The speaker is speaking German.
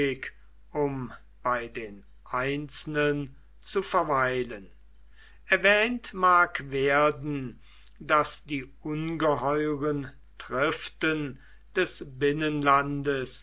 um bei den einzelnen zu verweilen erwähnt mag werden daß die ungeheuren triften des binnenlandes